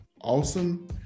awesome